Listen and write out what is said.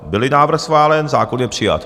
Bylli návrh schválen, zákon je přijat.